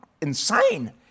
insane